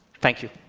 thank you,